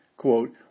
Quote